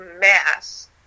mass